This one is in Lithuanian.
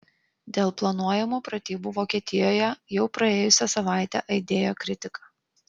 dėl planuojamų pratybų vokietijoje jau praėjusią savaitę aidėjo kritika